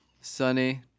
sunny